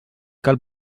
cal